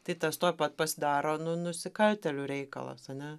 tai tas tuoj pat pasidaro nu nusikaltėlių reikalas ane